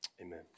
amen